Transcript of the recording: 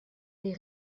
les